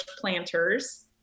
planters